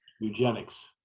eugenics